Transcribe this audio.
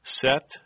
set